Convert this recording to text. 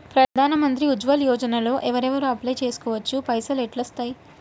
ప్రధాన మంత్రి ఉజ్వల్ యోజన లో ఎవరెవరు అప్లయ్ చేస్కోవచ్చు? పైసల్ ఎట్లస్తయి?